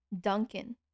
Duncan